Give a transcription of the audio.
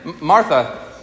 Martha